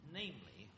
namely